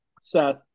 Seth